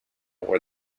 where